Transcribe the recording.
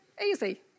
easy